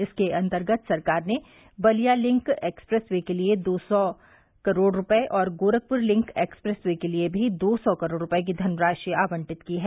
इसके अंतर्गत सरकार ने बलिया लिंक एक्सप्रेस वे के लिये दो सौ करोड़ रूपये और गोरखपुर लिंक एक्सप्रेस वे के लिये भी दो सौ करोड़ रूपये की धनराशि आवंटित की है